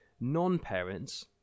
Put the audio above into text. non-parents